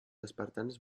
espartans